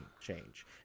change